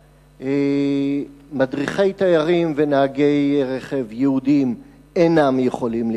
ההקפאה נכתב שתוקם ועדת תובענות שתטפל באנשים שבקשתם